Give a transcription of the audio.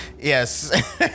Yes